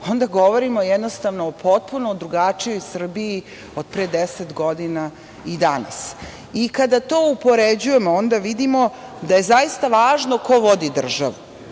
onda govorimo o potpuno drugačijoj Srbiji od pre 10 godina i danas. Kada to upoređujemo onda vidimo da je zaista važno ko vodi državu,